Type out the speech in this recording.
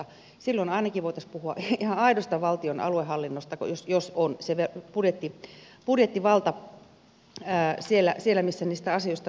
silloin ainakin voitaisiin puhua ihan aidosta valtion aluehallinnosta jos olisi se budjettivalta siellä missä niistä asioista päätetään